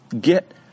get